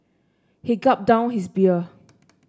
he gulped down his beer